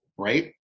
Right